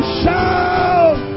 shout